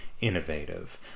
innovative